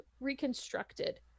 reconstructed